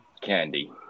Candy